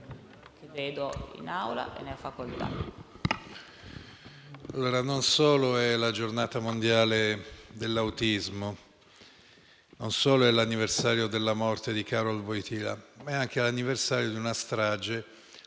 mondiale della consapevolezza dell'autismo, non solo è l'anniversario della morte di Karol Wojtyla, ma è anche l'anniversario di una strage